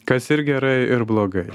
kas ir gerai ir blogai